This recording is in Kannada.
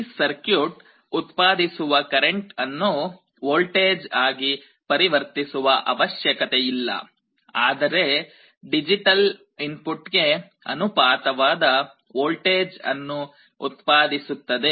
ಈ ಸರ್ಕ್ಯೂಟ್ ಉತ್ಪಾದಿಸುವ ಕರೆಂಟ್ ಅನ್ನು ವೋಲ್ಟೇಜ್ ಆಗಿ ಪರಿವರ್ತಿಸುವ ಅವಶ್ಯಕತೆಯಿಲ್ಲ ಆದರೆ ಡಿಜಿಟಲ್ ಇನ್ಪುಟ್ ಗೆ ಅನುಪಾತವಾದ ವೋಲ್ಟೇಜ್ ಅನ್ನು ಉತ್ಪಾದಿಸುತ್ತದೆ